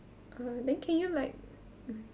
uh then can you like